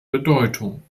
bedeutung